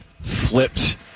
flipped